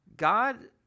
god